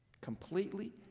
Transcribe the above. completely